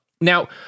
now